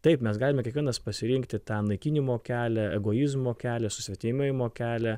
taip mes galime kiekvienas pasirinkti tą naikinimo kelią egoizmo kelią susvetimėjimo kelią